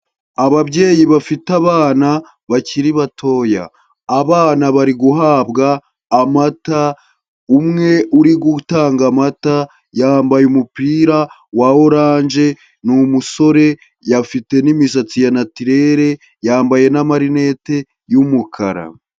Ababyeyi bafite abana bakiri batoya. Abana bari guhabwa amata, umwe uri gutanga amata, yambaye umupira wa oranje, ni umusore, afite n'imisatsi ya natirere, yambaye n'amarinete y'umukara.